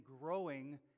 growing